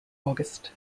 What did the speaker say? august